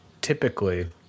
typically